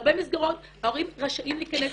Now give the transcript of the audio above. בהרבה מסגרות ההורים רשאים להיכנס.